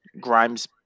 Grimes